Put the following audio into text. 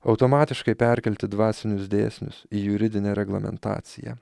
automatiškai perkelti dvasinius dėsnius į juridinę reglamentaciją